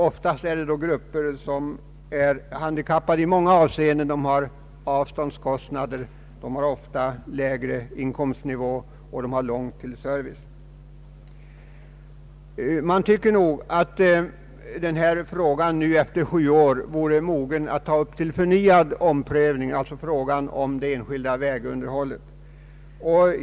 Oftast gäller det här grupper som är handikappade i många avseenden: de har kostnader för långa resor, befinner sig ofta på en lägre inkomstnivå och har långt till service. Jag tycker nog att frågan om den enskilda väghållningen nu efter sju år är mogen för en omprövning.